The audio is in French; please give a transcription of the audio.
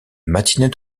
matinée